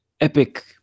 epic